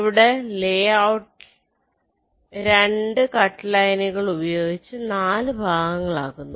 ഇവിടെ ലെ ഔട്ടിനെ 2 കട്ട് ലൈനുകൾ ഉപയോഗിച്ചു 4 ഭാഗങ്ങൾ ആക്കുന്നു